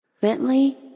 Bentley